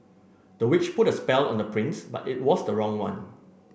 the witch put a spell on the prince but it was the wrong one